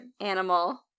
animal